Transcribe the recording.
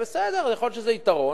בסדר, יכול להיות שזה יתרון.